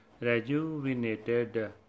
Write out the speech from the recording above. rejuvenated